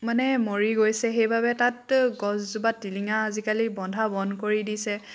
মানে মৰি গৈছে সেইবাবে তাত গছজোপাত টিলিঙা আজিকালি বন্ধা বন্ধ কৰি দিছে